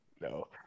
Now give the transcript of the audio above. No